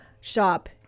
shop